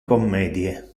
commedie